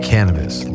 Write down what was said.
Cannabis